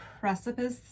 precipice